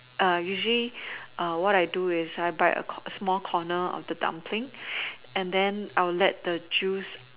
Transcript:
usually what I do is I bite a small corner of the dumpling and then I will let the juice